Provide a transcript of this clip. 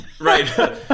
Right